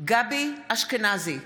גבי אשכנזי,